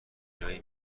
جایی